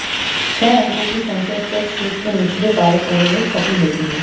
छह अंकों की संख्या चेक शीट के निचले बाएं कोने में छपी होती है